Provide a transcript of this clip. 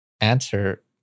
answer